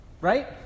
Right